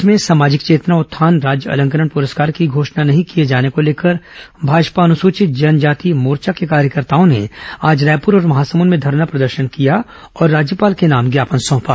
प्रदेश में सामाजिक चेतना उत्थान राज्य अलंकरण पुरस्कार की घोषणा नहीं किए जाने को लेकर भाजपा अनुसूचित जनजाति मोर्चा के कार्यकर्ताओं ने आज रायपुर और महासमुद में धरना प्रदर्शन किया और राज्यपाल के नाम ज्ञापन सौंपा